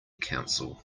council